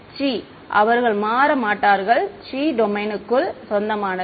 C அவர்கள் மாற மாட்டார்கள் சி டொமைனுக்கு சொந்தமானது